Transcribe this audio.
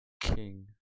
king